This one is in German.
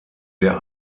der